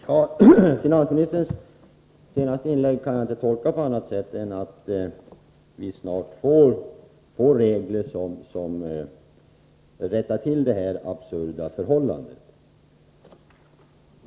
Herr talman! Finansministerns senaste inlägg kan jag inte tolka på annat sätt än att vi snart får regler som rättar till detta absurda förhållande.